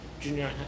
junior